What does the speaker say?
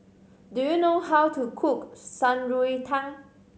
do you know how to cook Shan Rui Tang